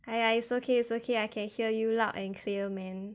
!aiya! it's okay it's okay I can hear you loud and clear man